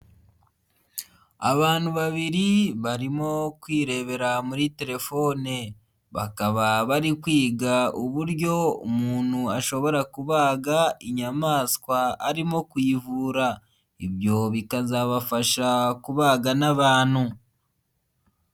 Abantu babiri barimo kwirebera muri telefone, bakaba bari kwiga uburyo umuntu ashobora kubaga inyamaswa arimo kuyivura, ibyo bikazabafasha kubaga n'abantu.